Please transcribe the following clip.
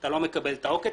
אתה לא מקבל את העוקץ.